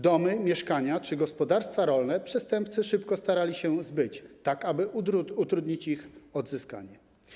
Domy, mieszkania czy gospodarstwa rolne przestępcy szybko starali się zbyć, tak aby utrudnić ich odzyskanie.